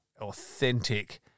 authentic